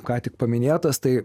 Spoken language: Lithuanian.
ką tik paminėtas tai